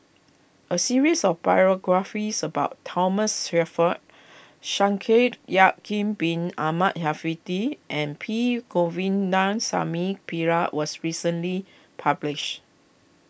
a series of biographies about Thomas Shelford Shaikh Yahya Bin Ahmed Afifi and P Govindasamy Pillai was recently publish